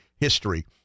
history